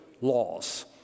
laws